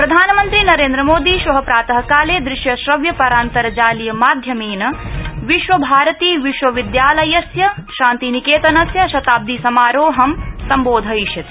प्रधानमन्त्री नरेन्द्रमोदी श्व प्रातकाले दृश्य श्रव्य परान्तर्जालीय माध्यमेन विश्व भारती विश्वविद्यालयस्य शान्ति निकेतनस्य शताब्दि समारोहं सम्बोधयिष्यति